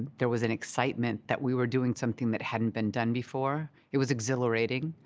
there was an excitement that we were doing something that hadn't been done before. it was exhilarating.